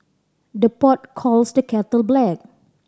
the pot calls the kettle black